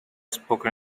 spoken